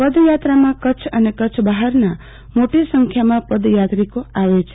પદયાત્રામાં કરછ અને કરછ બહારના મોટી સંખ્યામાં પદ યાત્રરિકો આવે છે